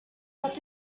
left